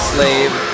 Slave